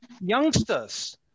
youngsters